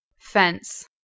Fence